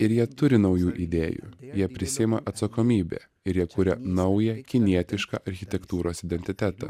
ir jie turi naujų idėjų jie prisiima atsakomybę ir jie kuria naują kinietišką architektūros identitetą